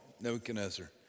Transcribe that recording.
Nebuchadnezzar